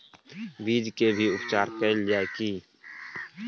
बीज के भी उपचार कैल जाय की?